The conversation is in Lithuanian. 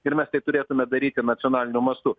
ir mes tai turėtume daryti nacionaliniu mastu